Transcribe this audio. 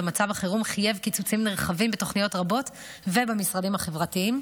ומצב החירום חייב קיצוצים נרחבים בתוכניות רבות ובמשרדים החברתיים.